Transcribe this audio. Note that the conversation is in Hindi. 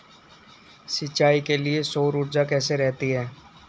सिंचाई के लिए सौर ऊर्जा कैसी रहती है?